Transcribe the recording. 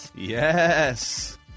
Yes